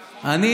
קצר,